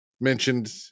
mentioned